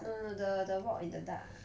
no no the the walk in the dark ah